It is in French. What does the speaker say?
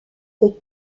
peut